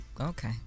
Okay